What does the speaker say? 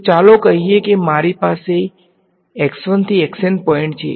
તો ચાલો કહીએ કે મારી પાસે થી પોઈન્ટ છે